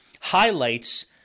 highlights